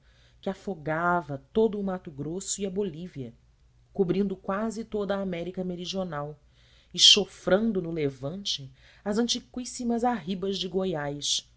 que afogava todo o mato grosso e a bolívia cobrindo quase toda a américa meridional e chofrando no levante as antiquíssimas arribas de goiás